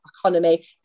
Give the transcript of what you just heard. economy